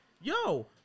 yo